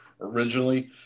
originally